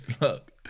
Look